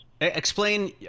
Explain